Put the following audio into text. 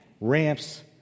Ramps